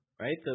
right